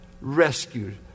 rescued